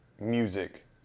music